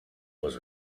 was